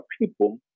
people